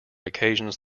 occasions